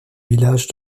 village